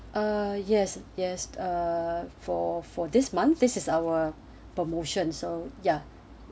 uh yes yes uh for for this month this is our promotion so ya